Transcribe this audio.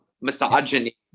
misogyny